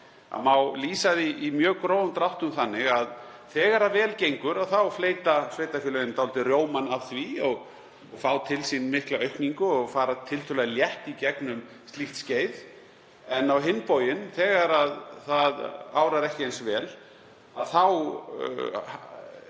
Það má lýsa því í mjög grófum dráttum þannig að þegar vel gengur fleyta sveitarfélögin dálítið rjómann af því og fá til sín mikla aukningu og fara tiltölulega létt í gegnum slíkt skeið. En á hinn bóginn, þegar ekki árar eins vel þá